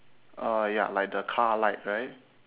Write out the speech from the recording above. uh ya like the car light right